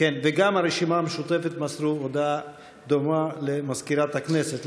וגם הרשימה המשותפת מסרה הודעה דומה למזכירת הכנסת.